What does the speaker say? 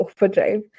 overdrive